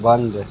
बंद